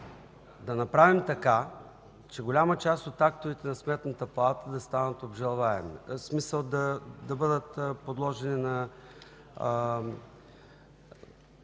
да направим така, че голяма част от актовете на Сметната палата да станат обжалваеми, в смисъл да бъдат подложени на